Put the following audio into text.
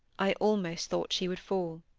i almost thought she would fall.